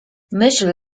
myśl